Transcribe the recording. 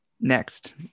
Next